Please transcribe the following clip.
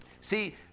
See